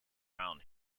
found